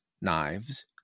knives